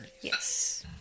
Yes